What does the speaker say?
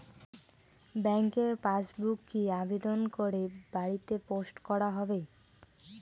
ব্যাংকের পাসবুক কি আবেদন করে বাড়িতে পোস্ট করা হবে?